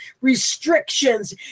restrictions